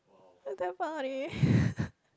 damn funny